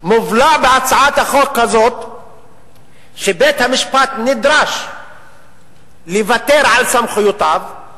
מובלע בהצעת החוק הזאת שבית-המשפט נדרש לוותר על סמכויותיו,